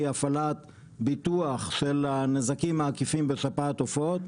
הפעלת ביטוח של הנזקים העקיפים בשפעת עופות,